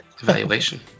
evaluation